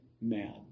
man